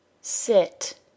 sit